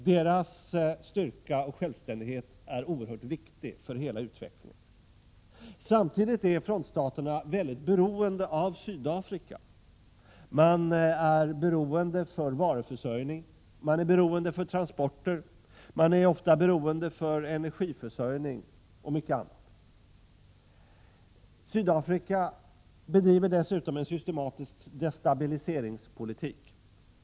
Deras styrka och självständighet är av oerhört stor vikt för hela utvecklingen. Samtidigt är frontstaterna mycket beroende av Sydafrika för varuförsörjning och transporter, och ofta för energiförsörjning och mycket annat. Sydafrika bedriver dessutom en systematisk destabiliseringspolitik.